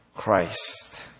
Christ